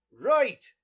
Right